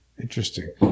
Interesting